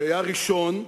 שהיה הראשון,